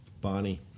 Bonnie